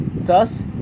Thus